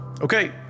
Okay